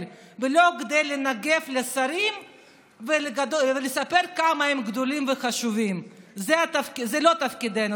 ולא כדי לנגב לשרים ולספר כמה הם גדולים וחשובים זה לא תפקידנו.